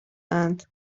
اند